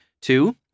Two